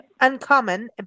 uncommon